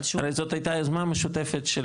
אבל שוב --- הרי זאת הייתה יוזמה משותפת של